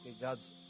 God's